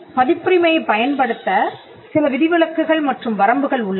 பதிப்புரிமையைப் பயன்படுத்த சில விதிவிலக்குகள் மற்றும் வரம்புகள் உள்ளன